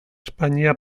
espainia